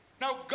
now